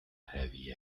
heavy